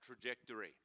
trajectory